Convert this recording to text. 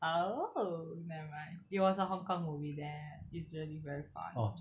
oh nevermind it was a hong kong movie that is really very funny